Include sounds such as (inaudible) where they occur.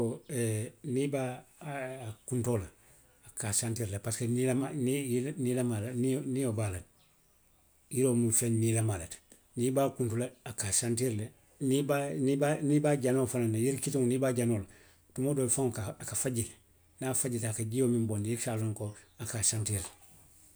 Yiroo, (hesitation) niŋ i be a, a kuntoo la, a ka a santiiri le parsiko niilamaa, niŋ i ye, niilamaa. loŋ, nio, nio be a la le. Yiroo mu feŋ niilamaa le ti, niŋ i be a kuntu la, a ka a santiiri le. Niŋ i be a, niŋ i be a, niŋ i be a janoo fanaŋ na, yiri kitiŋo niŋ i be a janoo la, tumoo doo faŋ, a, a ka faji le. Niŋ a fajita a ka jio miŋ bondi i ka a loŋ ko a ka a santiiri le.